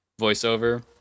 Voiceover